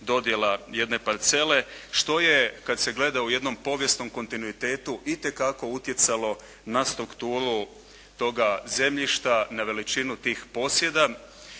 dodjela jedne parcele što je kad se gleda u jednom povijesnom kontinuitetu itekako utjecalo na strukturu toga zemljišta, na veličinu tih posjeda.